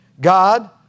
God